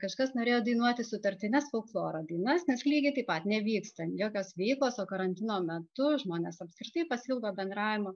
kažkas norėjo dainuoti sutartines folkloro dainas nes lygiai taip pat nevyksta jokios veiklos o karantino metu žmonės apskritai pasiilgo bendravimo